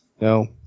No